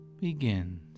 begins